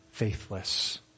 faithless